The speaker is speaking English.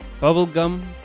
bubblegum